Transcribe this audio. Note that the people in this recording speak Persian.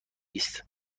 است